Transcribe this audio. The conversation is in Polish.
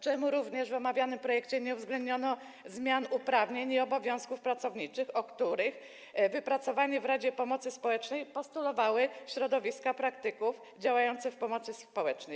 Czemu również w omawianym projekcie nie uwzględniono zmian uprawnień i obowiązków pracowniczych, o których wypracowanie w Radzie Pomocy Społecznej postulowały środowiska praktyków działających w pomocy społecznej?